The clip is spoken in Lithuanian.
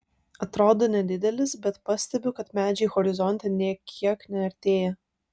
atrodo nedidelis bet pastebiu kad medžiai horizonte nė kiek neartėja